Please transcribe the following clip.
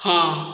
ହଁ